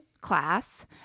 class